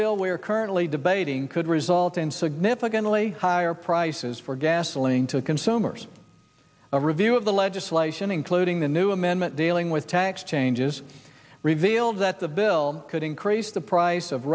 bill we are currently debating could result in significantly higher prices for gasoline to consumers a review of the legislation including the new amendment dealing with tax changes revealed that the bill could increase the price of